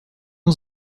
was